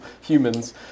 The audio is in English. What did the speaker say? humans